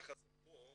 מה שחסר פה